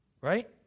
Right